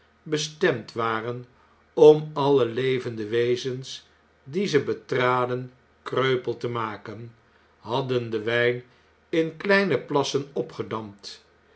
bestemd waren om alle levende wezens die ze betraden kreupel te maken hadden den wijn in kleine plassen opgedamd